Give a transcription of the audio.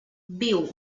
viu